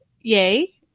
Yay